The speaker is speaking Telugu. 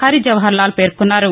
హరిజవహర్ లాల్ పేర్కొన్నారు